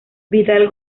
vidal